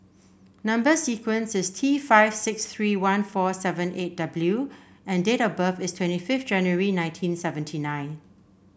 number sequence is T five six three one four seven eight W and date of birth is twenty fifth January nineteen seventy nine